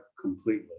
completely